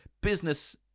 business